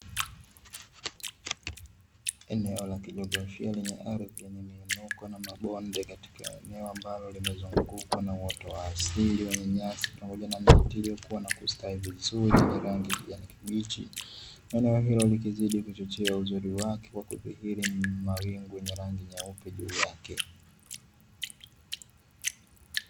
Eneo la kijiografia lenye ardhi yenye miinuko na mabonde katika eneo ambalo limezungukwa na uoto wa asili wenye nyasi pamoja na miti iliyokua na kustawi vizuri yenye rangi ya kijani kibichi, eneo hilo likizidi kuchochea uzuri wake kwa kudhihiri mawingu yenye rangi nyeupe juu yake.